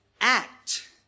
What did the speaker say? act